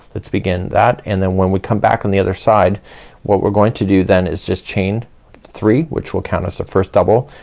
let's begin that and then when we come back on the other side what we're going to do then is just chain three which will count as the first double.